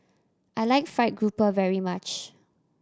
I like fried grouper very much